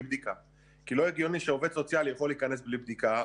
בדיקה כי לא הגיוני שעובד סוציאלי יכול להיכנס בלי בדיקה,